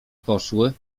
poszły